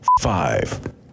five